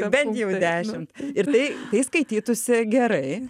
bent jau dešimt ir tai tai skaitytųsi gerai